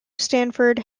stafford